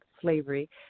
slavery